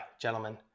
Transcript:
Gentlemen